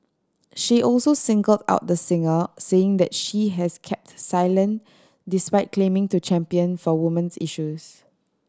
she also singled out the singer saying that she has kept silent despite claiming to champion for woman's issues